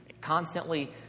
constantly